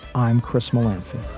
i'm chris mindthat